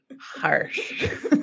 Harsh